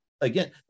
again